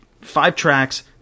five-tracks